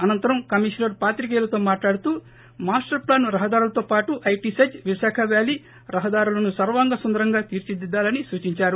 అనంతరం కమిషనర్ పాత్రికేయులతో మాట్లాడుతూ మాస్లర్ ప్లాన్ రహదారులతో పాటు ఐటి సెజ్ విశాఖ వ్యాలీ రహదారులను సర్వాంగ సుందరంగా తీర్చిదిద్దాలను సూచిందారు